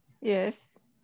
Yes